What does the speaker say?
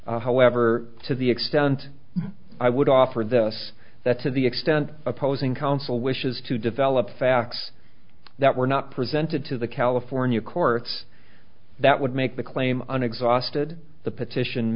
it however to the extent i would offer this that to the extent opposing counsel wishes to develop facts that were not presented to the california courts that would make the claim an exhausted the petition